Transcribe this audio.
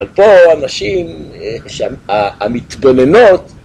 אבל פה נשים המתבוננות